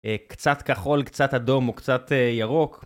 קצת כחול, קצת אדום וקצת ירוק.